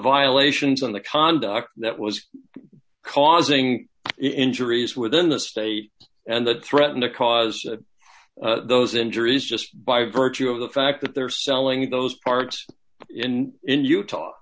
violations on the conduct that was causing injuries within the state and that threaten the cause of those injuries just by virtue of the fact that they're selling those parks in utah